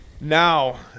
Now